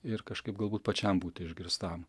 ir kažkaip galbūt pačiam būti išgirstam